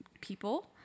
people